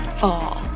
fall